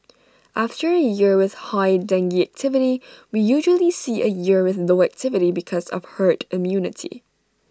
after A year with high dengue activity we usually see A year with low activity because of herd immunity